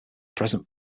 present